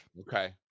Okay